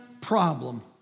problem